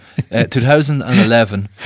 2011